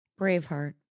Braveheart